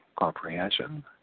comprehension